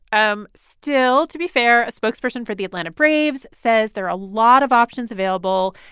um still, to be fair, a spokesperson for the atlanta braves says there are a lot of options available.